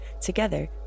Together